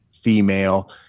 female